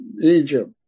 Egypt